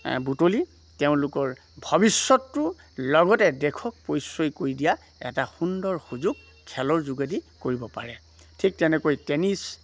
বুটলি তেওঁলোকৰ ভৱিষ্যতটো লগতে দেশক পৰিচয় কৰি দিয়া এটা সুন্দৰ সুযোগ খেলৰ যোগেদি কৰিব পাৰে ঠিক তেনেকৈ টেনিছ